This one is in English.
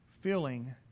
feeling